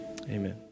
Amen